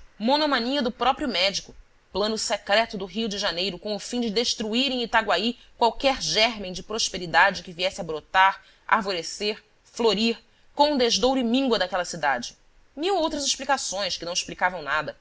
deus monomania do próprio médico plano secreto do rio de janeiro com o fim de destruir em itaguaí qualquer gérmen de prosperidade que viesse a brotar arvorecer florir com desdouro e míngua daquela cidade mil outras explicações que não explicavam nada